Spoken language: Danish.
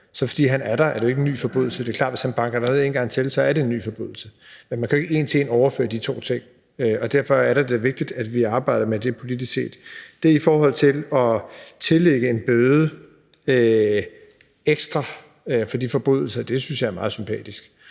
og fordi han så er der, er det jo ikke en ny forbrydelse. Det er klart, at hvis han banker dig ned en gang til, er det en ny forbrydelse. Men man kan jo ikke en til en overføre de to ting. Derfor er det da vigtigt, at vi arbejder med det politisk. Det med at tillægge en bøde ekstra for de forbrydelser synes jeg er meget sympatisk.